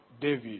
David